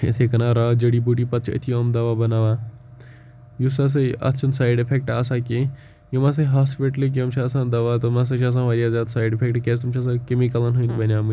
یِتھَے کَنۍ جٔڈی بوٗٹی پَتہٕ چھِ أتھی یِم دَوا بَناوان یُس ہَسا یہِ اَتھ چھِنہٕ سایڈ اِفٮ۪کٹ آسان کِہِنۍ یِم ہَسا ہاسپِٹلٕکۍ یِم چھِ آسان دَوا تٕم ہَسا چھِ آسان واریاہ زیادٕ سایڈ اِفٮ۪کٹ کیٛازِ تِم چھِ آسان کیٚمِکَلَن ہٕنٛدۍ بَنیٚیمٕتۍ